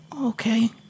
Okay